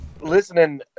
Listening